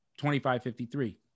2553